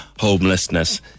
homelessness